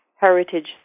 Heritage